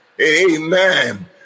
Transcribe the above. amen